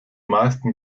meisten